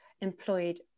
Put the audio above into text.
employed